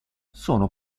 sono